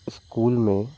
school में